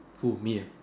who me ah